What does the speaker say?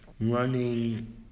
running